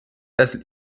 das